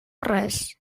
res